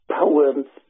poems